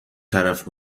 طرف